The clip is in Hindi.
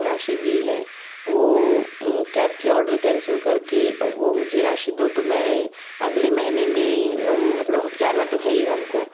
राशि दी है वो कैब का ऑर्डर कैंसिल कर के वो मुझे राशि दो तो मैं अगले महीने में मतलब अब जाना तो है ही हम को